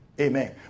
Amen